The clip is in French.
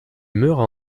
meurt